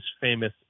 famous